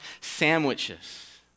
sandwiches